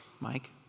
Mike